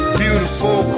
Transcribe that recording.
beautiful